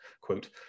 quote